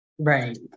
Right